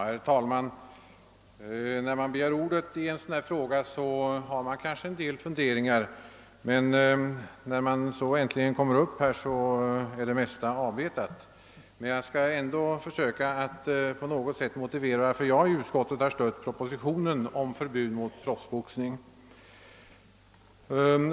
Herr talman! Då man begär ordet i en sådan här fråga har man en del funderingar, men när man så äntligen kommer upp i talarstolen är det mesta avbetat. Jag vill dock försöka att på något sätt motivera varför jag i utskottet har stött propositionen om förbud mot proffsboxning.